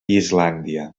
islàndia